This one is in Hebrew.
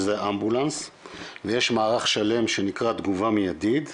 שזה אמבולנס ויש מערך שלם שנקרא 'תגובה מיידית',